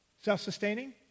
Self-sustaining